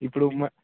ఇప్పుడు